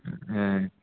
हय